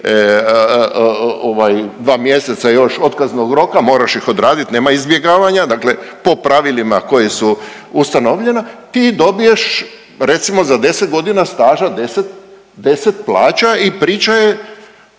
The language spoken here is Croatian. dva mjeseca još otkaznog roka, moraš ih odradit, nema izbjegavanja, dakle po pravilima koja su ustanovljena ti dobiješ recimo za 10.g. staža 10, 10 plaća i priča je